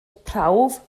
prawf